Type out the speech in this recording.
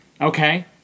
Okay